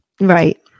right